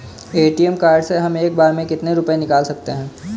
ATM card से हम एक बार में कितने रुपये निकाल सकते हैं?